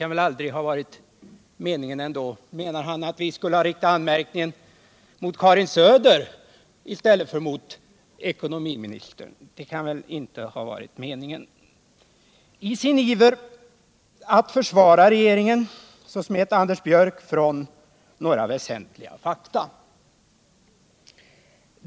Menar herr Björck att vi skulle ha riktat anmärkningar mot Karin Söder i stället för mot ekonomiministern? Det kan väl ändå aldrig ha varit hans mening. I sin iver att försvara regeringen smet Anders Björck ifrån några väsentliga fakta.